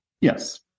Yes